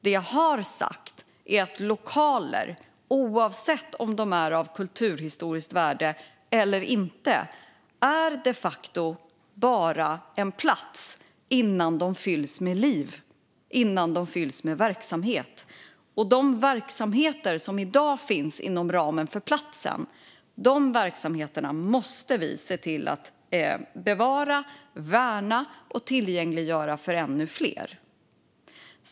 Vad jag har sagt är att lokaler, oavsett om de är av kulturhistoriskt värde eller inte, de facto bara är en plats innan de fylls med liv, med verksamhet. De verksamheter som i dag finns inom ramen för platsen måste vi se till att bevara, värna och tillgängliggöra för ännu fler.